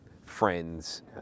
friends